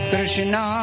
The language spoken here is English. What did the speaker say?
Krishna